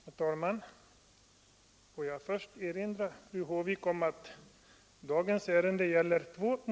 Herr talman! Låt mig först erinra fru Håvik om att dagens diskussion gäller två saker.